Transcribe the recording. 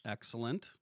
Excellent